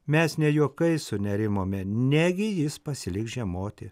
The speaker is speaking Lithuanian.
mes ne juokais sunerimome negi jis pasiliks žiemoti